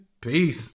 peace